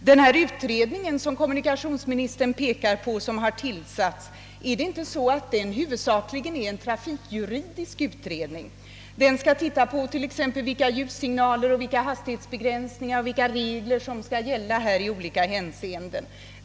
Är inte den utredning, som har tillsatts och som kommunikationsministern erinrar om, huvudsakligen en trafikjuridisk utredning? Den skall ju undersöka exempelvis vilka ljussignaler, vilka hastighetsbegränsningar och vilka regler som skall gälla i olika hänseenden på detta område.